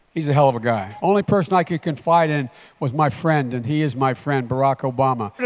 he's a hell of a guy. only person i could confide in was my friend and he is my friend barack obama.